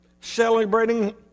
celebrating